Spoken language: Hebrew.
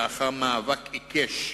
לאחר מאבק עיקש,